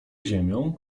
ziemią